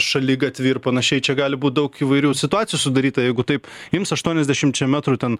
šaligatvį ir panašiai čia gali būt daug įvairių situacijų sudaryta jeigu taip jums aštuoniasdešimčia metrų ten